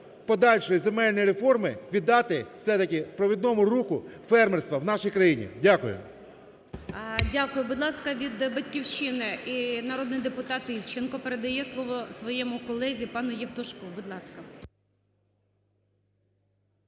подальшої земельної реформи віддати все-таки провідному руху фермерства в нашій країні. Дякую. ГОЛОВУЮЧИЙ. Дякую. Будь ласка, від "Батьківщини" народний депутат Івченко передає слово своєму колезі пану Євтушку. Будь ласка.